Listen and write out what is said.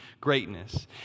greatness